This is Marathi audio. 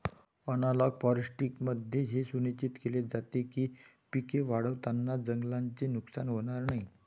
ॲनालॉग फॉरेस्ट्रीमध्ये हे सुनिश्चित केले जाते की पिके वाढवताना जंगलाचे नुकसान होणार नाही